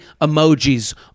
emojis